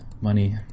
Money